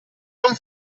non